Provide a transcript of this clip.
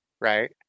right